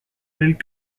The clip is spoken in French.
tels